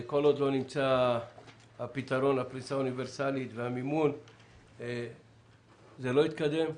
כל עוד לא נמצא הפתרון לפריסה האוניברסאלית והמימון זה לא התקדם.